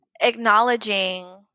acknowledging